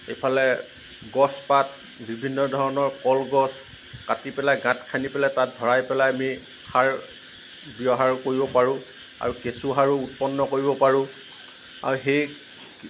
এইফালে গছ পাত বিভিন্ন ধৰণৰ কলগছ কাটি পেলাই গাত খান্দি পেলাই তাত ভঁৰাই পেলাই আমি সাৰ ব্য়ৱহাৰ কৰিব পাৰোঁ আৰু কেচুঁ সাৰো উৎপন্ন কৰিব পাৰোঁ আৰু সেই